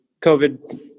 COVID